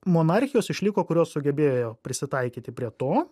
monarchijos išliko kurios sugebėjo prisitaikyti prie to